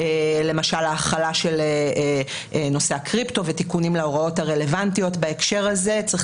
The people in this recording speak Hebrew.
למשל ההחלה של נושא הקריפטו ותיקונים להוראות הרלוונטיות בהקשר הזה.